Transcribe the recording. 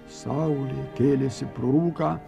saulė kėlėsi pro rūką